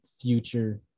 Future